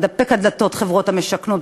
מתדפק על דלתות החברות המשכנות,